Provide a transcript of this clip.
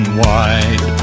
wide